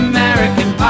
American